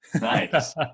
Nice